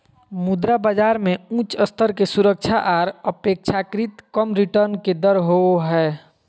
मुद्रा बाजार मे उच्च स्तर के सुरक्षा आर अपेक्षाकृत कम रिटर्न के दर होवो हय